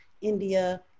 India